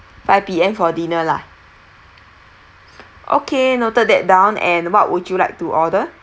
five P_M for dinner lah okay noted that down and what would you like to order